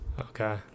Okay